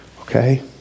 okay